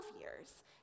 years